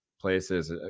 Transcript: places